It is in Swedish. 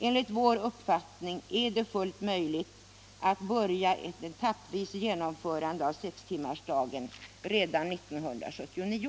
Enligt vår mening är det fullt möjligt att börja ett etappvis genomförande av sextimmarsdagen redan 1979,